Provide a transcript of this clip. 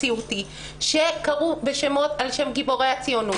המציאות היא שקראו בשמות על שם גיבורי הציונות.